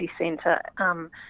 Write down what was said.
Centre